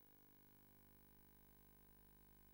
בר-לב, כנ"ל.